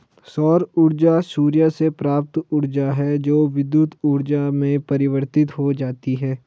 सौर ऊर्जा सूर्य से प्राप्त ऊर्जा है जो विद्युत ऊर्जा में परिवर्तित हो जाती है